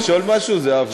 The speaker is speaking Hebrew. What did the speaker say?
את רוצה לשאול משהו, זהבה?